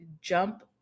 Jump